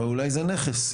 אבל אולי זה נכס.